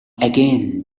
again